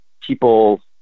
people